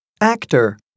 Actor